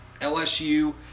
LSU